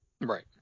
Right